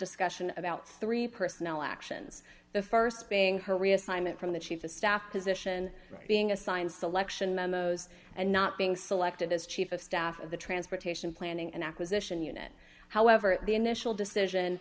discussion about three personnel actions the st being her reassignment from the chief of staff position being assigned selection memos and not being selected as chief of staff of the transportation planning and acquisition unit however the initial decision